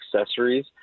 accessories